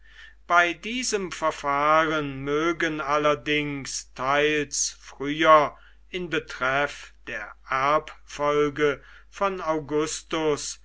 bei diesem verfahren mögen allerdings teils früher in betreff der erbfolge von augustus